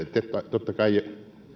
totta kai